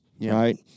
right